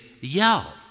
yell